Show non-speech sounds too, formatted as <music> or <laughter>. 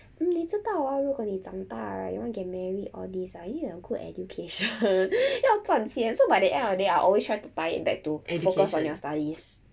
嗯你知道啊如果你长大了 right you want to get married all this ah you need a good education <laughs> 要赚钱 so by the end of the day I will always try to 掰 it back to and focus on your studies